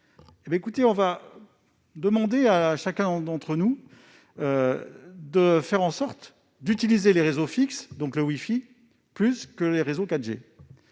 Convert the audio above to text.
de demander aux utilisateurs de faire en sorte d'utiliser les réseaux fixes, donc la wifi, plus que les réseaux 4G,